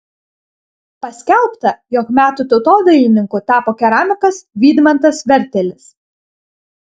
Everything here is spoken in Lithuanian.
paskelbta jog metų tautodailininku tapo keramikas vydmantas vertelis